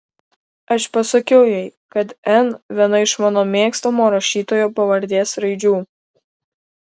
aš pasakiau jai kad n viena iš mano mėgstamo rašytojo pavardės raidžių